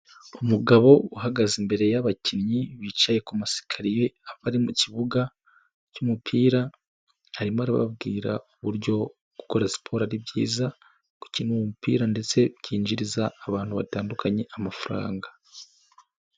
Umugabo uhagaze imbere y'abakinnyi bicaye ku masakariye abari mu kibuga, cyumupira. Arimo arababwira uburyo gukora siporo ari byiza, gukina umupira ndetse byinjiriza abantu batandukanye amafaranga.